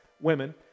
women